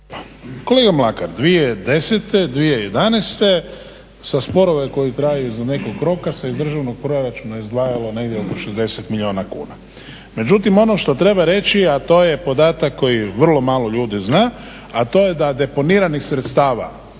Kolega Mlakar 2010., 2011. za sporove koji traju iznad nekog roka se iz državnog proračuna izdvajalo negdje oko 60 milijuna kuna. Međutim, ono što treba reći, a to je podatak koji vrlo malo ljudi zna, a to je da deponiranih sredstava